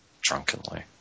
drunkenly